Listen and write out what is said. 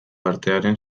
artearen